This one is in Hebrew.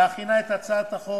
בהכינה את הצעת החוק,